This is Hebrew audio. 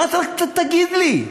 תגיד לי,